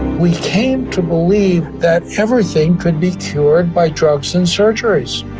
we came to believe that everything could be cured by drugs and surgeries,